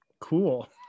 cool